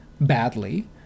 badly